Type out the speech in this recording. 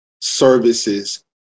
services